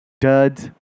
duds